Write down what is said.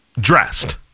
dressed